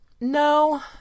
No